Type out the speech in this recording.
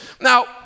now